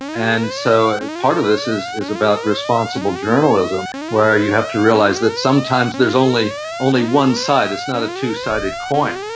and so part of this is is about responsible journalism where you have to realise that sometimes there is only only one side, it's not a two-sided coin.